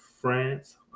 France